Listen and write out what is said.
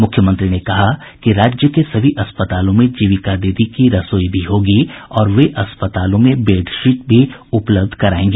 मुख्यमंत्री ने कहा कि राज्य के सभी अस्पतालों में जीविका दीदी की रसोई भी होगी और वे अस्पतालों में बेडशीट भी उपलब्ध करायेंगी